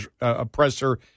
oppressor